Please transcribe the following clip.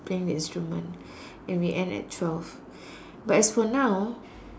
playing the instrument and we end at twelve but as for now